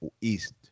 East